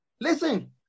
Listen